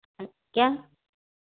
क्या